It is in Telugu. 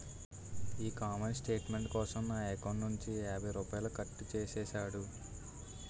ఈ కామెంట్ స్టేట్మెంట్ కోసం నా ఎకౌంటు నుంచి యాభై రూపాయలు కట్టు చేసేసాడు